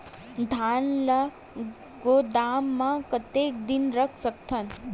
धान ल गोदाम म कतेक दिन रख सकथव?